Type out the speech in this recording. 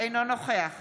אינו נוכח